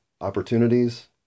opportunities